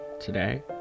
Today